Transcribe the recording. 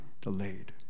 delayed